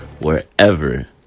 wherever